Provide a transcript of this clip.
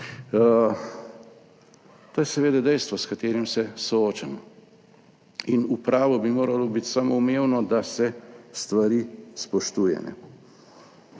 To je seveda dejstvo, s katerim se soočamo. In v pravu bi moralo biti samoumevno, da se stvari spoštuje.